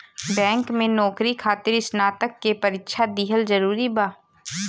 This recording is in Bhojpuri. बैंक में नौकरी खातिर स्नातक के परीक्षा दिहल जरूरी बा?